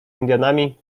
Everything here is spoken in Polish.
indianami